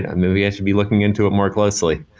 and maybe i should be looking into more closely.